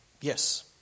yes